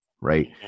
right